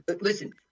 listen